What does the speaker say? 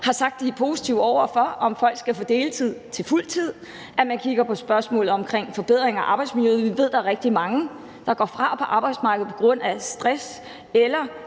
har sagt de er positive over for, nemlig at folk skal gå fra deltid til fuld tid, og at vi kigger på spørgsmålet omkring forbedring af arbejdsmiljøet. Vi ved, at der er rigtig mange, der går fra på arbejdsmarkedet på grund af stress eller